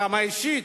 ברמה אישית,